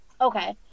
okay